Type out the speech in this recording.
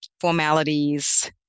formalities